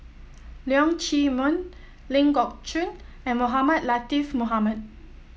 Leong Chee Mun Ling Geok Choon and Mohamed Latiff Mohamed